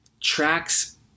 tracks